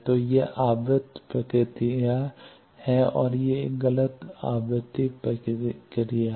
तो ये आवृत्ति प्रतिक्रिया हैऔर ये एक गलत आवृत्ति प्रतिक्रिया है